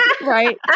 Right